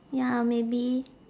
ya maybe